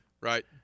Right